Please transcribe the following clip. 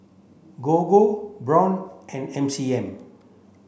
Gogo Braun and M C M